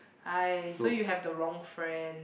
I so you have the wrong friend